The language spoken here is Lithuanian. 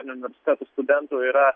universitetų studentų yra